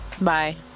bye